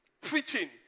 preaching